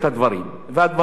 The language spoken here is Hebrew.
והדברים נמרחים,